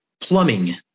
plumbing